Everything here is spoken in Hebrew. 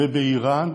ובאיראן,